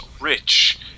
rich